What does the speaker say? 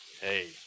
Hey